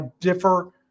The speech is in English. differ